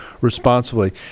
responsibly